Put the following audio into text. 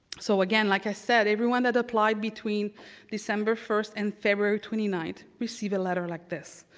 so again, like i said everyone that applied between december first and february twenty nine received a letter like this.